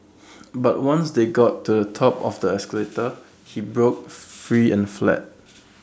but once they got to A top of the escalator he broke free and fled